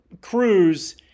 Cruz